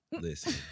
Listen